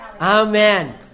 Amen